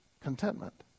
contentment